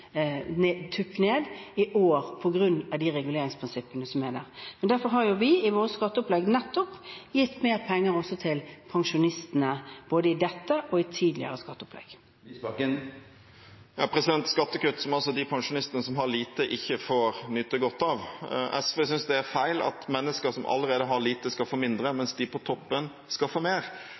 ned i år pga. reguleringsprinsippene som er der. Derfor har vi i vårt skatteopplegg nettopp gitt mer penger til pensjonistene både i dette og i tidligere skatteopplegg. Skattekutt som altså de pensjonistene som har lite, ikke får nyte godt av. SV synes det er feil at mennesker som allerede har lite, skal få mindre, mens de på toppen skal få mer.